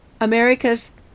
America's